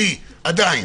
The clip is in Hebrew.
אני עדיין